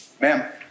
Ma'am